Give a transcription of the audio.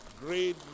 great